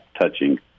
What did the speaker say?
touching